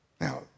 Now